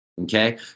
Okay